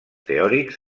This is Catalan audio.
teòrics